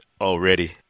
already